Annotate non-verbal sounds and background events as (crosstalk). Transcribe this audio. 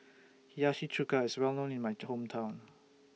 Hiyashi Chuka IS Well known in My (noise) Hometown